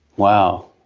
wow.